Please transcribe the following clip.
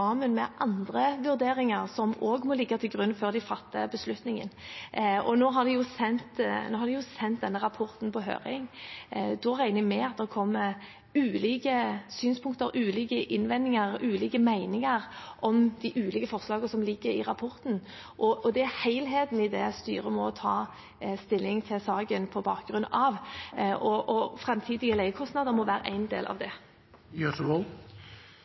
med andre vurderinger som også må ligge til grunn før de fatter beslutningen. Nå har vi sendt denne rapporten på høring. Da regner jeg med at det kommer ulike synspunkter, ulike innvendinger, ulike meninger om de ulike forslagene som ligger i rapporten, og det er på bakgrunn av helheten i dette styret må ta stilling i saken, og framtidige leiekostnader må være én del av